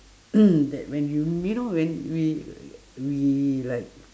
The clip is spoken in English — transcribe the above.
that when y~ you know when we uh we like